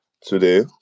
today